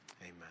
amen